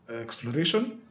exploration